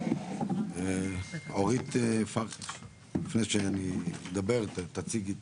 אורית פרקש לפני שאני אדבר, תציגי.